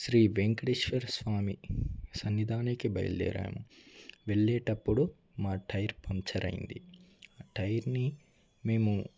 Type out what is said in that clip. శ్రీ వెంకటేశ్వర స్వామి సన్నిధానంకి బయలుదేరాము వెళ్ళేటప్పుడు మా టైర్ పంక్చర్ అయింది టైర్ని మేము